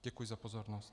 Děkuji za pozornost.